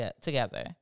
together